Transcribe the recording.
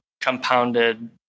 compounded